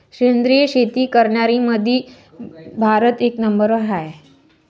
सेंद्रिय शेती करनाऱ्याईमंधी भारत एक नंबरवर हाय